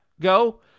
go